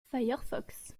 firefox